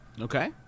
Okay